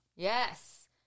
Yes